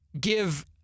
give